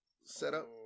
setup